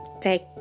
take